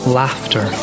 laughter